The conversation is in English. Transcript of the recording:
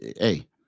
hey